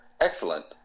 Excellent